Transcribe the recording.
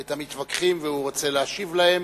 את המתווכחים והוא רוצה להשיב להם.